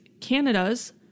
Canada's